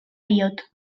diot